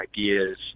ideas